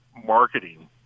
marketing